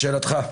לשאלתך,